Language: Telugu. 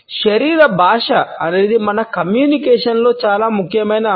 శరీర భాష అనేది మన కమ్యూనికేషన్ లో చాలా ముఖ్యమైన అంశం